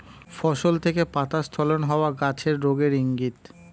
ফসল থেকে পাতা স্খলন হওয়া গাছের রোগের ইংগিত